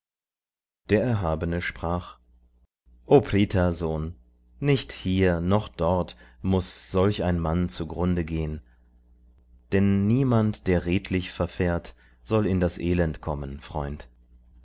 der erhabene sprach o prith sohn nicht hier noch dort muß solch ein mann zugrunde gehn denn niemand der redlich verfährt soll in das elend kommen freund